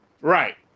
Right